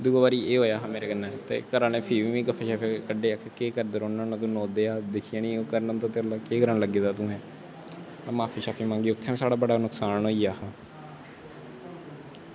दूऐ बारी एह् होया हा मेरे कन्नै ते घरा आह्ले फ्ही मिगी गप्फे कड्ढे कि केह् करना होना नवोदया दिक्खियै निं करना होंदा तेरे कोला कि केह् करन लग्गा तूं ते में माफी मंग्गी ते उत्थै बी साढ़ा नुकसान होआ